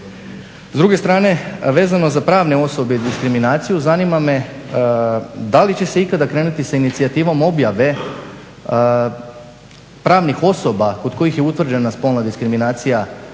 S druge strane vezano za pravne osobe i diskriminaciju zanima me da li će se ikada krenuti sa inicijativom objave pravnih osoba kod kojih je utvrđena spolna diskriminacija